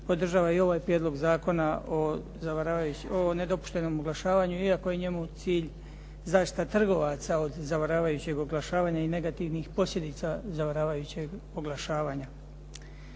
podržava i ovaj Prijedlog zakona o nedopuštenom oglašavanju iako je njemu cilj zaštita trgovaca od zavaravajućem oglašavanja i negativnih posljedica zavaravajućeg oglašavanja.